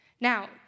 Now